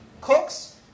cooks